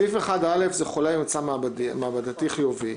סעיף 1א' זה חולה עם ממצא מעבדתי חיובי,